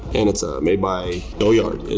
and it's ah made by goyard. it